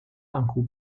uncle